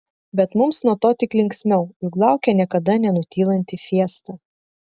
bet mums nuo to tik linksmiau juk laukia niekada nenutylanti fiesta